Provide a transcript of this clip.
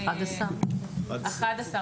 עשינו השנה שינויים נוספים לעוד 11 מוסדות,